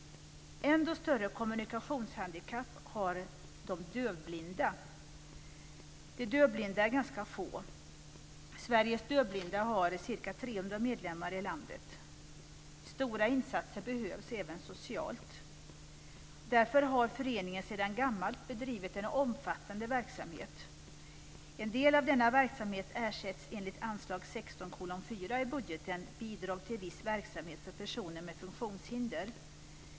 Ännu större kommunikationshandikapp har de dövblinda. De dövblinda är ganska få. Föreningen Stora insatser behövs även socialt. Därför har föreningen sedan gammalt bedrivit en omfattande verksamhet. En del av denna verksamhet ersätts över anslag 16:4 i budgeten, Bidrag till viss verksamhet för personer med funktionshinder.